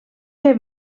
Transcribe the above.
que